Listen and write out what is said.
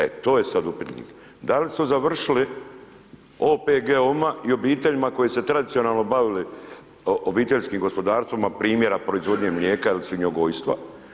E to je sad upitno, da li su završili OPG-ovima i obiteljima koji se tradicionalno bavili obiteljskim gospodarstvima primjera proizvodnje mlijeka ili svinjogojstva.